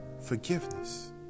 forgiveness